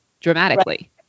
dramatically